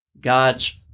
God's